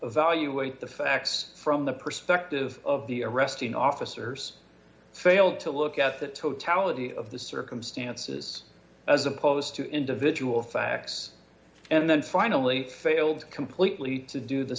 evaluate the facts from the perspective of the arresting officers failed to look at the totality of the circumstances as opposed to individual facts and then finally failed completely to do the